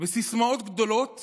וסיסמאות גדולות